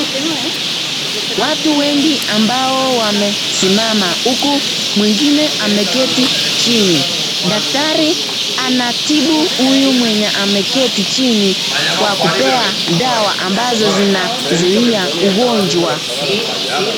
Watu wengi ambao wamesimama huku mwingine ameketi chini daktari anatibu huyu mwenye ameketi chini Kwa kupea dawa ambazo zinazuia ugonjwa.